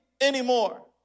anymore